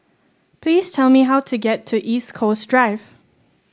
please tell me how to get to East Coast Drive